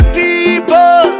people